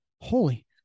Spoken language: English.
holy